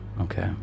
Okay